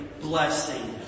blessing